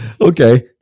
Okay